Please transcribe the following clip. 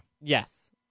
Yes